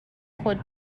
خود